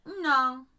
No